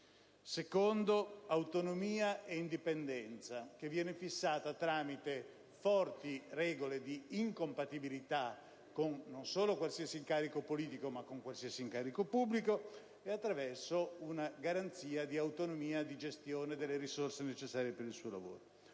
luogo, autonomia e indipendenza, che vengono fissate tramite forti regole di incompatibilità non solo con qualsiasi incarico politico ma anche pubblico e attraverso una garanzia di autonomia di gestione delle risorse necessarie per il lavoro